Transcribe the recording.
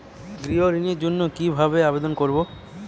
গৃহ ঋণ জন্য কি ভাবে আবেদন করব?